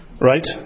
Right